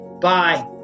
Bye